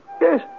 Yes